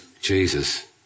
Jesus